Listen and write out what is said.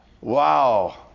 Wow